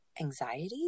anxiety